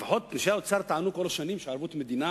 לפחות אנשי האוצר טענו כל השנים שערבות מדינה